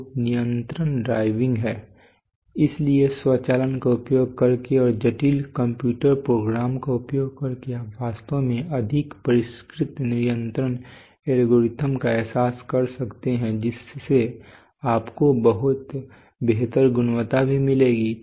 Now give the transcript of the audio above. तो नियंत्रण ड्राइविंग है इसलिए स्वचालन का उपयोग करके और जटिल कंप्यूटर प्रोग्राम का उपयोग करके आप वास्तव में अधिक परिष्कृत नियंत्रण एल्गोरिदम का एहसास कर सकते हैं जिससे आपको बहुत बेहतर गुणवत्ता भी मिलेगी